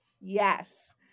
Yes